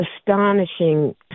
astonishing